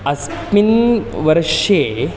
अस्मिन् वर्षे